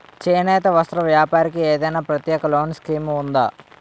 చేనేత వస్త్ర వ్యాపారానికి ఏదైనా ప్రత్యేక లోన్ స్కీం ఉందా?